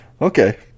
Okay